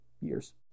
years